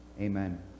Amen